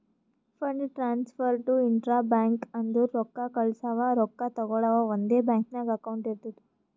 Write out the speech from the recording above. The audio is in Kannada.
fund transfer to intra bank ಅಂದುರ್ ರೊಕ್ಕಾ ಕಳ್ಸವಾ ರೊಕ್ಕಾ ತಗೊಳವ್ ಒಂದೇ ಬ್ಯಾಂಕ್ ನಾಗ್ ಅಕೌಂಟ್ ಇರ್ತುದ್